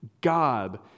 God